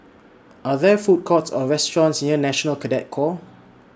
Are There Food Courts Or restaurants near National Cadet Corps